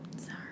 Sorry